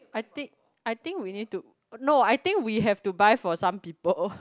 I think I think we need to no I think we have to buy for some people